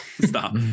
Stop